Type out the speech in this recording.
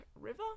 River